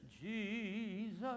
Jesus